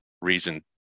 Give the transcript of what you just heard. reason